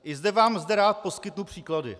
I zde vám rád poskytnu příklady.